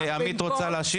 במקום.